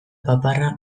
paparra